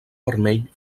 vermell